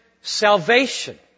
salvation